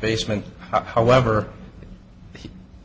basement however